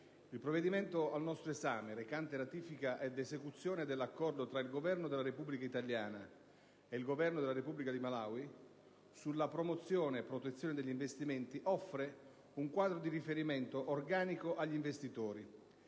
il provvedimento al nostro esame, recante ratifica ed esecuzione dell'Accordo tra il Governo della Repubblica italiana e il Governo della Repubblica del Malawi sulla promozione e protezione degli investimenti, offre un quadro di riferimento organico agli investitori,